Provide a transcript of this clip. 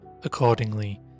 Accordingly